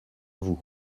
vous